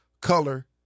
color